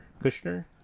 Kushner